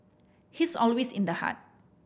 he's always in the heart